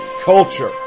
culture